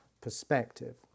perspective